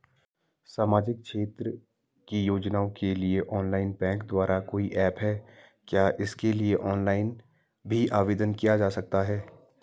सामाजिक क्षेत्र की योजनाओं के लिए ऑनलाइन बैंक द्वारा कोई ऐप है क्या इसके लिए ऑनलाइन भी आवेदन किया जा सकता है?